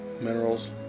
minerals